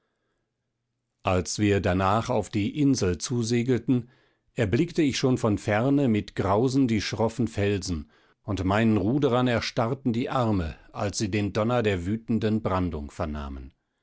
als wir danach auf die insel zusegelten erblickte ich schon von ferne mit grausen die schroffen felsen und meinen ruderern erstarrten die arme als sie den donner der wütenden brandung vernahmen